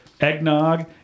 eggnog